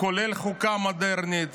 כולל חוקה מודרנית,